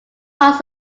parts